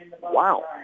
Wow